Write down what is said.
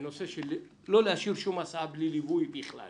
הנושא של לא להשאיר שום הסעה בלי ליווי בכלל